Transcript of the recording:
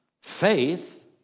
Faith